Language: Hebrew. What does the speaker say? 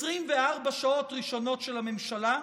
24 שעות ראשונות של הממשלה,